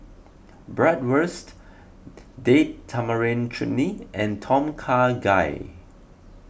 Bratwurst Date Tamarind Chutney and Tom Kha Gai